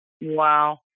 Wow